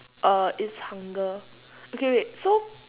uh it's hunger okay wait so